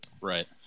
Right